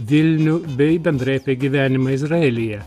vilnių bei bendrai apie gyvenimą izraelyje